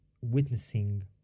witnessing